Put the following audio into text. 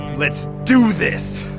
let's do this.